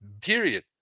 period